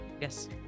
yes